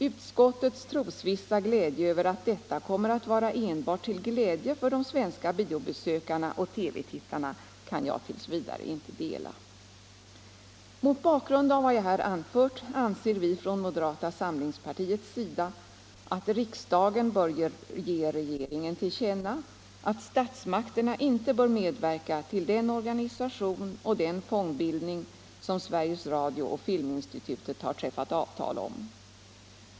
Utskottets trosvissa glädje över att detta kommer att vara enbart till glädje för de svenska biobesökarna och TV-tittarna kan jag tills vidare inte dela. Mot bakgrund av vad jag här anfört anser vi från moderata samlingspartiets sida att riksdagen bör ge regeringen till känna att statsmakterna inte bör medverka till den organisation och den fondbildning som Sveriges Radio och Filminstitutet har träffat avtal om.